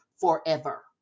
forever